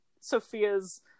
Sophia's